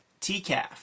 tcaf